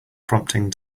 prompting